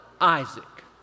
Isaac